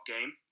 game